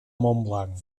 montblanc